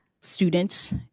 students